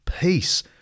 peace